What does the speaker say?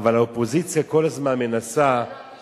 עפו